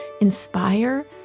inspire